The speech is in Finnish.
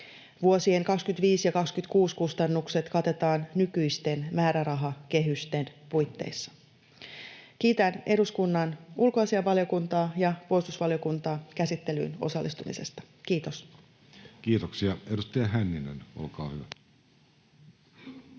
Vuosien 25 ja 26 kustannukset katetaan nykyisten määrärahakehysten puitteissa. Kiitän eduskunnan ulkoasiainvaliokuntaa ja puolustusvaliokuntaa käsittelyyn osallistumisesta. — Kiitos. Kiitoksia. — Edustaja Hänninen, olkaa hyvä.